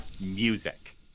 music